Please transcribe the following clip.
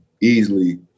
easily